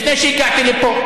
לפני שהגעתי לפה.